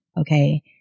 okay